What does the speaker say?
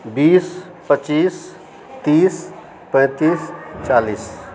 बीस पच्चीस तीस पैन्तीस चालीस